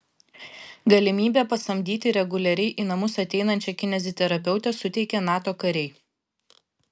galimybę pasamdyti reguliariai į namus ateinančią kineziterapeutę suteikė nato kariai